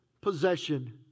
possession